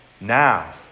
Now